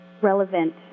relevant